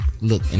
look